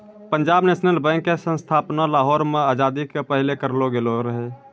Punjab national bank के स्थापना लाहौर मे आजादी के पहिले करलो गेलो रहै